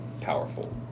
powerful